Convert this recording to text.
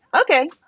okay